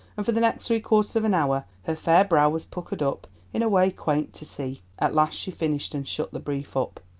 and for the next three-quarters of an hour her fair brow was puckered up in a way quaint to see. at last she finished and shut the brief up.